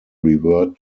revert